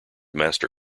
master